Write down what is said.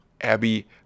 Abby